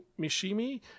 Mishimi